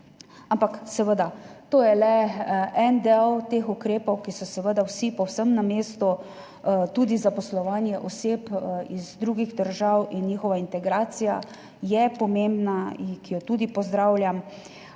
Seveda to je le en del teh ukrepov, ki so seveda vsi povsem na mestu, tudi zaposlovanje oseb iz drugih držav in njihova integracija je pomembna in jo tudi pozdravljam.